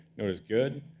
node is good.